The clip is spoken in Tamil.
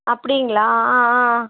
அப்படிங்களா ஆ ஆ